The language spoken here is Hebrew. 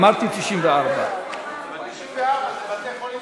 אמרתי, 94. אבל 94 זה בתי-חולים